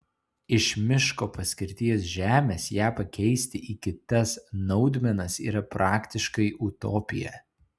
iš miško paskirties žemės ją pakeisti į kitas naudmenas yra praktiškai utopija